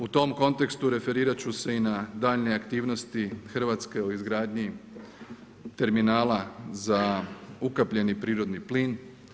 U tom kontekstu referirat ću se i na daljnje aktivnosti Hrvatske u izgradnji terminala za ukapljeni prirodni plin.